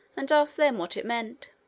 and asked them what it meant.